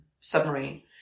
submarine